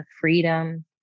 freedom